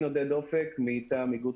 נוגעת